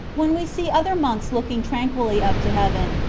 when we see other monks looking tranquilly up to heaven,